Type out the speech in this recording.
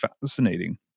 fascinating